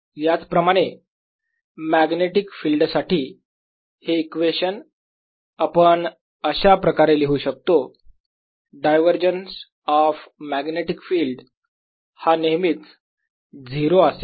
याच प्रमाणे magnetic field साठी हे इक्वेशन आपण अशाप्रकारे लिहू शकतो डायव्हरजन्स ऑफ मॅग्नेटिक फिल्ड हा नेहमीच 0 असेल